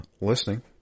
listening